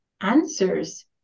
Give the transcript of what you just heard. answers